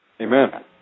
Amen